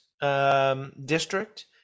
district